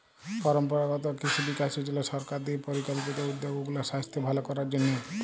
পরম্পরাগত কিসি বিকাস যজলা সরকার দিঁয়ে পরিকল্পিত উদ্যগ উগলার সাইস্থ্য ভাল করার জ্যনহে